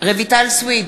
רויטל סויד,